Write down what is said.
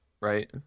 Right